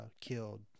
killed